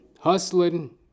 Hustling